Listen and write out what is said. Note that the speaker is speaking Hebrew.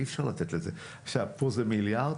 פה זה מיליארד.